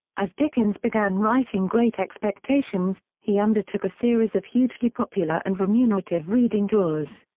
as dickens began writing great expectations, he undertook a series of hugely popular and remunerative reading tours.